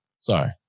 Sorry